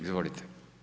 Izvolite.